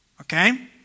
Okay